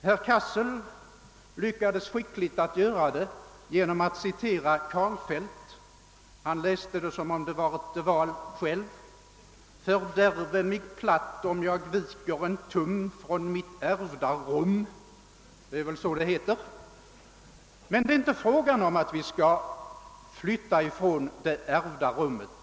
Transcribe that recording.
Herr Cassel lyckades skickligt göra detta genom att citera Karlfeldt. Han läste som om han vore de Wahl själv: »Fördärves jag platt om jag viker en tum ifrån mitt ärvda rum» — det är väl så det heter? Det är inte fråga om att vi skall flytta från det ärvda rummet.